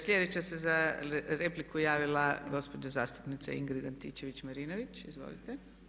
Sljedeća se za repliku javila gospođa zastupnica Ingrid Antičević-Marinović, izvolite.